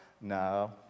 No